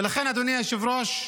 ולכן, אדוני היושב-ראש,